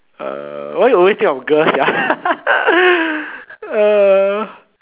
uh why you always think of girl sia uh